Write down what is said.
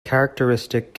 characteristic